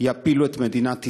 יפילו את מדינת ישראל.